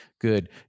good